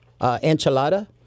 enchilada